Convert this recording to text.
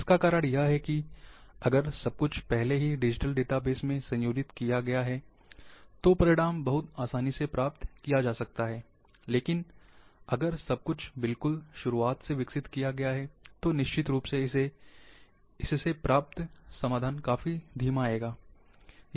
इसका कारण यह है कि अगर सब कुछ पहले से ही डिजिटल डेटाबेस में संयोजित किया गया है तो परिणाम बहुत आसानी से प्राप्त किया जा सकता है लेकिन अगर सब कुछ बिल्कुल शुरुआत से विकसित किया गया है तो निश्चित रूप से इसे प्राप्त समाधान काफी धीमा आएगा